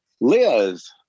liz